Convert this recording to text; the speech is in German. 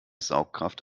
saugkraft